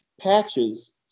patches